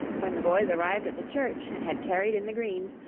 when the boys arrived at the church and had carried in the greens,